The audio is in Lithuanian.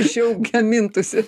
iš jų gamintųsi